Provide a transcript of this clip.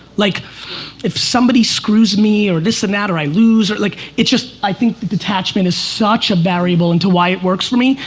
like if somebody screws me or this and that or i lose, like it just i think the detachment is such a variable into why it works for me.